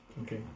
Okay